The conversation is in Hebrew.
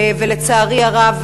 לצערי הרב,